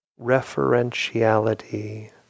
Referentiality